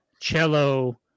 cello